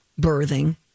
birthing